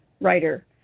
writer